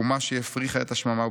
אומה שהפריכה את השממה,